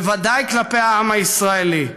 בוודאי כלפי העם הישראלי.